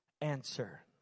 answer